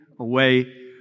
away